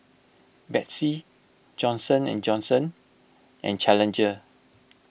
Betsy Johnson and Johnson and Challenger